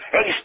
Hey